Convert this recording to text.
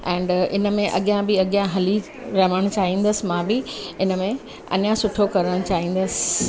and इन में अॻियां बि अॻियां हली या माण्हू चाहींदसि मां बि इन में अॻियां सुठो करणु चाहींदसि